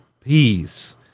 peace